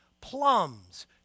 plums